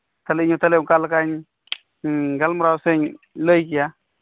ᱛᱟᱦᱚᱞᱮ ᱤᱧᱦᱚᱸ ᱛᱟᱦᱚᱞᱮ ᱚᱱᱠᱟᱞᱮᱠᱟᱧ ᱜᱟᱞᱢᱟᱨᱟᱣᱟ ᱥᱮᱧ ᱞᱟᱹᱭᱠᱮᱭᱟ